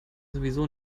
sowieso